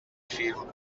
film